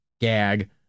gag